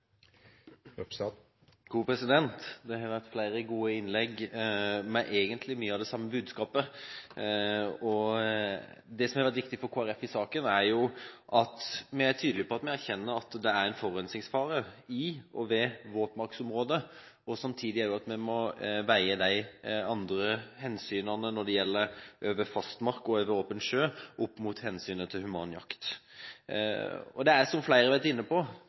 gode innlegg med mye av det samme budskapet. Det som har vært viktig for Kristelig Folkeparti i saken, er at vi er tydelig på at vi erkjenner at det er forurensningsfare i og ved våtmarksområder. Samtidig må vi veie andre hensyn, når det gjelder over fastmark og over åpen sjø, opp mot hensynet til human jakt. Det er, som flere har vært inne på,